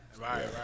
Right